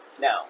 Now